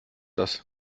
das